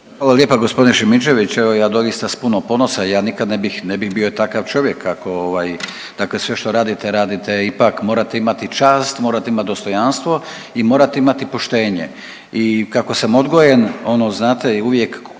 Hvala lijepo g. Šimičević. Evo ja doista s puno ponosa, ja nikad ne bih, ne bih bio takav čovjek ako ovaj, dakle sve što radite, radite ipak morate imati čast, morate imati dostojanstvo i morate imati poštenje i kako sam odgojen ono znate, i uvijek